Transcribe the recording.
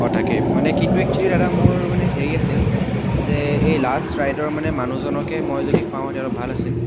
অঁ তাকেই মানে কিন্তু একচুৱেলি দাদা মোৰ মানে হেৰি আছিল যে এই লাষ্ট ৰাইডৰ মানে মানুহজনকে মই যদি পাওঁ তেনেহ'লে ভাল আছিল